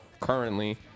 currently